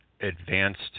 advanced